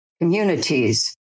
communities